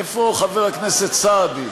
איפה חבר הכנסת סעדי?